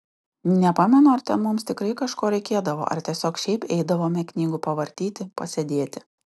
nepamenu ar ten mums tikrai kažko reikėdavo ar tiesiog šiaip eidavome knygų pavartyti pasėdėti